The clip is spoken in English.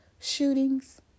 shootings